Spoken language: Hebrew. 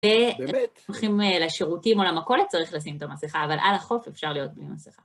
באמת. אם הולכים לשירותים או למכולת, צריך לשים את המסיכה, אבל על החוף אפשר להיות בלי מסיכה.